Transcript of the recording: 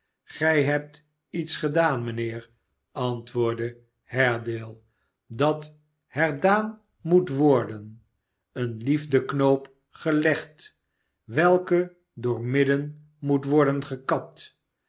gij hebt iets gedaan mijnheer antwoordde haredale dat herdaan moet worden een liefdeknoop gelegd welke door midden moet worden gekapt